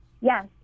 Yes